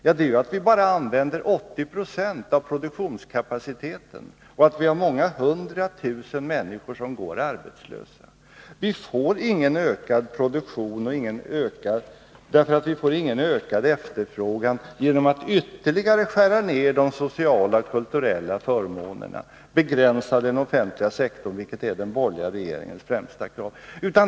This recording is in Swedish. Jo, att vi använder bara 80 6 av produktionskapaciteten och att vi har många hundra tusen människor som går arbetslösa. Vi får ingen ökad produktion därför att vi inte får någon ökad efterfrågan genom att de sociala och kulturella förmånerna skärs ner ytterligare, genom att den offentliga sektorn begränsas — vilket är den borgerliga regeringens främsta krav.